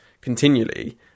continually